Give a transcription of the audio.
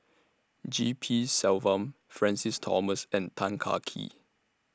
G P Selvam Francis Thomas and Tan Kah Kee